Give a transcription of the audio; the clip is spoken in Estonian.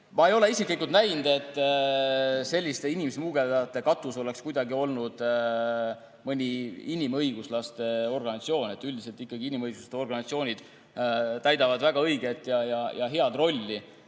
Ma ei ole isiklikult näinud, et selliste inimsmugeldajate katus oleks olnud mõni inimõiguslaste organisatsioon. Üldiselt ikkagi inimõiguste organisatsioonid täidavad väga õiget ja head rolli.